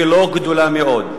ו"לא" גדול מאוד,